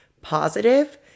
positive